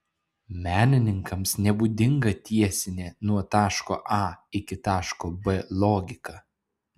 menininkams nebūdinga tiesinė nuo taško a iki taško b logika